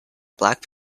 black